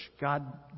God